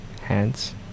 hands